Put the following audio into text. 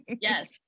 yes